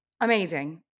amazing